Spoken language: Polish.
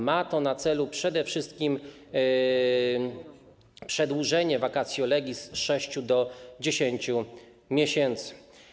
Ma to na celu przede wszystkim przedłużenie vacatio legis z 6 do 10 miesięcy.